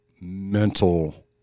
mental